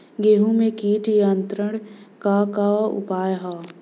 गेहूँ में कीट नियंत्रण क का का उपाय ह?